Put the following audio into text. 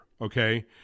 Okay